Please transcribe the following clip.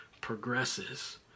progresses